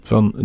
Van